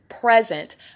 present